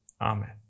Amen